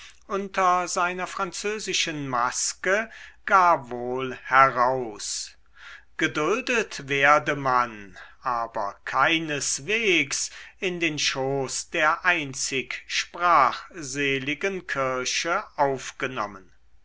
unter seiner französischen maske gar wohl heraus geduldet werde man aber keineswegs in den schoß der einzig sprachseligen kirche aufgenommen